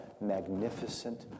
magnificent